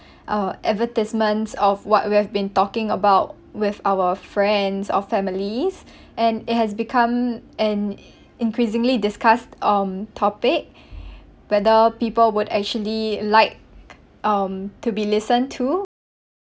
uh advertisements of what we have been talking about with our friends or families and it has become an increasingly discussed um topic whether people would actually like um to be listened to